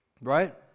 Right